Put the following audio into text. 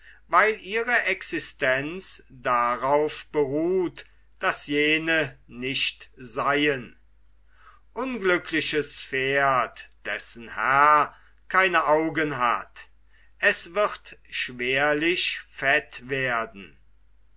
weil ihre existenz darauf beruht daß jene nicht seien unglückliches pferd dessen herr keine augen hat es wird schwerlich fett werden